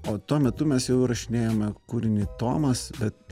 o tuo metu mes jau įrašinėjome kūrinį tomas bet